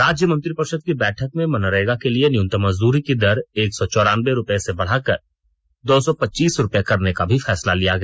राज्य मंत्रिपरिषद की बैठक में मनरेगा के लिए न्यूनतम मजदूरी की दर एक सौ चौरान्बे रुपए से बढ़ाकर दो सौ पदीस रुपये करने का भी फैसला लिया गया